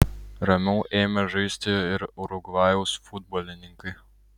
ramiau ėmė žaisti ir urugvajaus futbolininkai